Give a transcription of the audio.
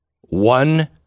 one